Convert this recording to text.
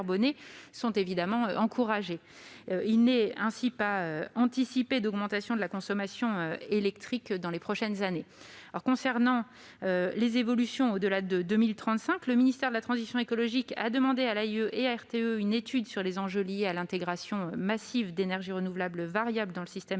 sont évidemment encouragés. Il n'est ainsi pas anticipé d'augmentation de la consommation électrique dans les prochaines années. Concernant les évolutions au-delà de 2035, le ministère de la transition écologique a demandé à l'AIE et à RTE une étude sur les enjeux liés à l'intégration massive d'énergies renouvelables variables dans le système électrique.